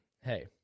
hey